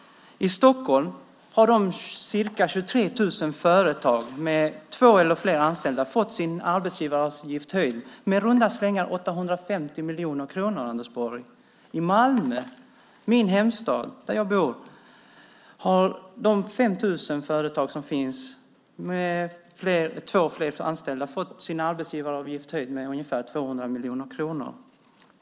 I Stockholm har ca 23 000 företag med två eller fler anställda fått arbetsgivaravgiften höjd med i runda svängar 850 miljoner kronor, Anders Borg! När det gäller Malmö - min hemstad, den stad där jag bor - har de 5 000 företag med två eller fler anställda som finns där fått arbetsgivaravgiften höjd med ungefär 200 miljoner kronor.